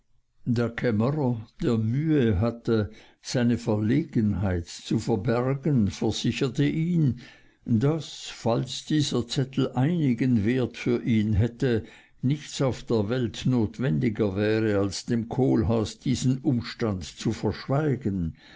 der kämmerer der mühe hatte seine verlegenheit zu verbergen versicherte ihn daß falls dieser zettel einigen wert für ihn hätte nichts auf der welt notwendiger wäre als dem kohlhaas diesen umstand zu verschweigen